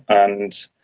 and,